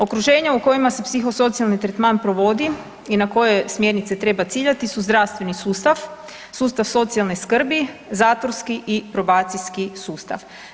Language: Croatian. Okruženje u kojima se psihosocijalni tretman provodi i na koje smjernice treba ciljati su zdravstveni sustava, sustav socijalne skrbi, zatvorski i probacijski sustav.